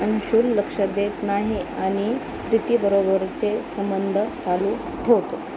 अंशुल लक्ष देत नाही आणि प्रीतीबरोबरचे संबंध चालू ठेवतो